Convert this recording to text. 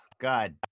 God